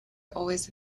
always